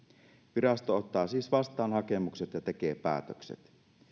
virasto ottaa siis vastaan hakemukset ja tekee päätökset